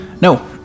No